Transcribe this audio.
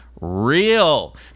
real